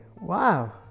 wow